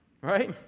right